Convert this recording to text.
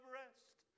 rest